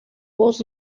was